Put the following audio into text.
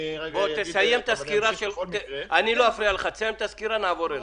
אני לא אפריע לך, תסיים את הסקירה ונעבור אליו.